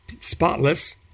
spotless